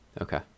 okay